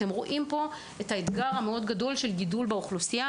אתם יכולים לראות את האתגר של גידול האוכלוסייה.